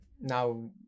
now